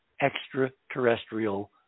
extraterrestrial